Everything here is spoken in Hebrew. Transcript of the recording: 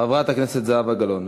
חברת הכנסת זהבה גלאון.